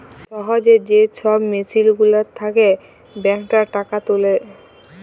সহজে যে ছব মেসিল গুলার থ্যাকে ব্যাংকটর টাকা তুলে